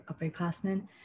upperclassmen